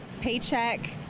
paycheck